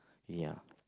ya